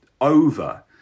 over